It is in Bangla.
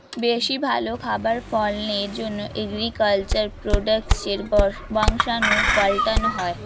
বেশি ভালো খাবার ফলনের জন্যে এগ্রিকালচার প্রোডাক্টসের বংশাণু পাল্টানো হয়